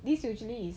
this usually is